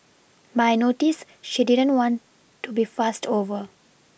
but I noticed she didn't want to be fussed over